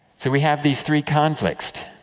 so, we have these three conflicts.